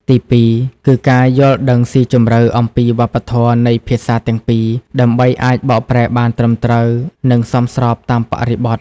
ទីពីរ គឺការយល់ដឹងស៊ីជម្រៅអំពីវប្បធម៌នៃភាសាទាំងពីរ ដើម្បីអាចបកប្រែបានត្រឹមត្រូវ និងសមស្របតាមបរិបទ។